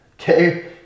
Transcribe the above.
Okay